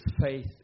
faith